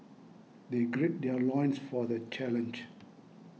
they gird their loins for the challenge